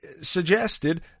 suggested